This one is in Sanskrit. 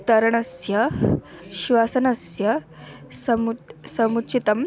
तरणस्य श्वसनस्य समुत् समुचितम्